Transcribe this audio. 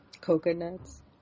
coconuts